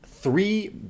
three